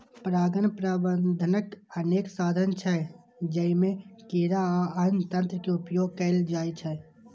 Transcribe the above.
परागण प्रबंधनक अनेक साधन छै, जइमे कीड़ा आ अन्य तंत्र के उपयोग कैल जाइ छै